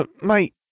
Mate